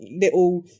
little